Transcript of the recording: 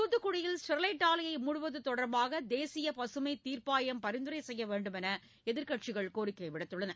தூத்துக்குடியில் ஸ்டெர்லைட் ஆலையை மூடுவது தொடர்பாக தேசிய பசுமைத் தீர்ப்பாயம் பரிந்துரை செய்ய வேண்டுமென்று எதிர்க்கட்சிகள் கோரிக்கை விடுத்துள்ளன